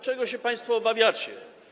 Czego się państwo obawiacie?